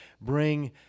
Bring